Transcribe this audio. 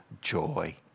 joy